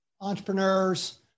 entrepreneurs